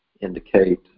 indicate